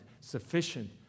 sufficient